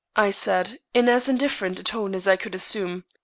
i said, in as indifferent a tone as i could assume.